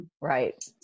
Right